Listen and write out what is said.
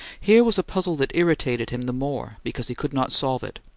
here was a puzzle that irritated him the more because he could not solve it,